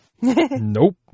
Nope